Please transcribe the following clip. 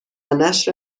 نشر